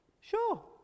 Sure